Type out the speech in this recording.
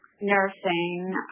nursing